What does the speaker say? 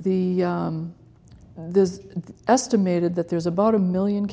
the estimated that there's about a million